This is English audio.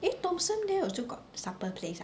the thomson there also got supper place ah